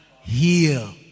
Heal